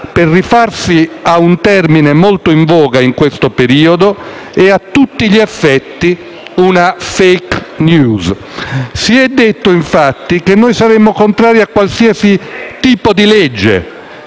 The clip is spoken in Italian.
per rifarci a un termine molto in voga in questo periodo, è a tutti gli effetti una *fake news*. Si è detto, infatti, che noi saremmo contrari a qualsiasi legge